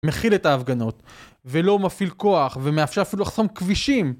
מכיל את ההפגנות ולא מפעיל כוח ומאפשר אפילו לחסום כבישים